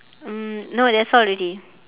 um no that's all already